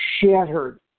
shattered